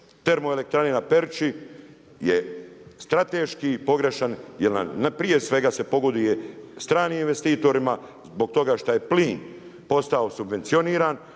termoelektrane na Peruči, je strateški pogrešan, jer prije svega se pogoduje stranim investitorima, zbog toga što je plin postao subvencioniran,